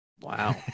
Wow